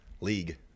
league